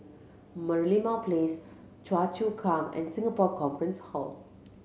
Merlimau Place Choa Chu Kang and Singapore Conference Hall